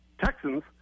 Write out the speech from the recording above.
Texans